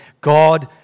God